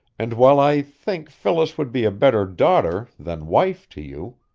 and while i think phyllis would be a better daughter than wife to you,